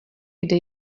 kde